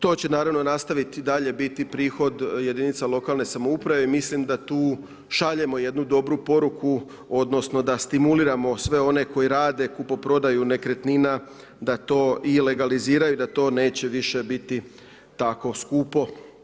To će naravno nastaviti dalje biti prihod jedinica lokalne samouprave i mislim da tu šaljemo jednu dobru poruku, odnosno da stimuliramo sve one koji rade kupoprodaju nekretnina da to i legaliziraju, da to neće više biti tako skupo.